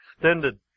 extended